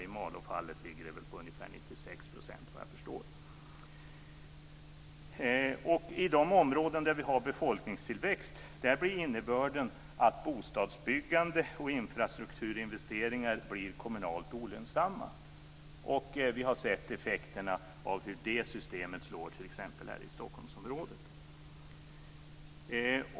I Malå blir det, såvitt jag förstår, ungefär 96 %. I de områden där man har befolkningstillväxt blir innebörden att bostadsbyggande och infrastrukturinvesteringar kommunalt olönsamma, och vi har sett effekterna av hur det systemet slår t.ex. här i Stockholmsområdet.